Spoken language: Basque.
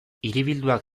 hiribilduak